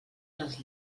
les